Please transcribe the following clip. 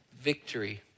Victory